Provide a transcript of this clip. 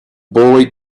boy